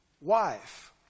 wife